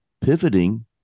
pivoting